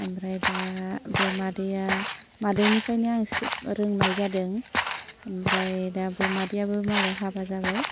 ओमफ्राय दा बे मादैया मादैनिफ्रायनो आं रोंनाय जादों ओमफ्राय दा मादैयाबो मालाय हाबा जाबाय